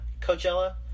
Coachella